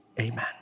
Amen